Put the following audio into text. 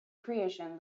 creation